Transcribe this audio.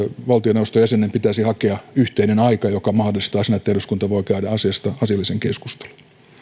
valtioneuvoston jäsenen pitäisi hakea yhteinen aika joka mahdollistaa sen että eduskunta voi käydä asiasta asiallisen keskustelun